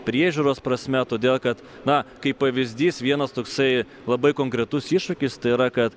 priežiūros prasme todėl kad na kaip pavyzdys vienas toksai labai konkretus iššūkis tai yra kad